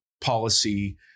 policy